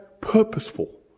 purposeful